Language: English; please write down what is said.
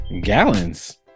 Gallons